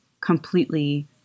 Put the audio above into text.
completely